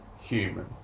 human